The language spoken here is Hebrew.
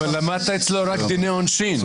למדת אצלו רק דיני עונשין.